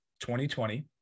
2020